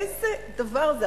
איזה דבר זה?